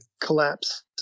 collapse